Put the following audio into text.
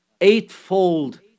eightfold